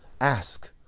Ask